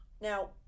Now